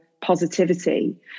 positivity